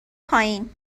پایین